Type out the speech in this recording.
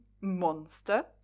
monster